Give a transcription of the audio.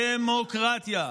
דמוקרטיה.